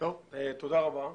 תודה רבה.